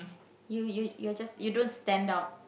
you you you're just you don't stand out